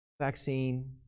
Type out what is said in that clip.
Vaccine